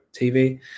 TV